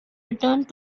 returned